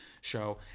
show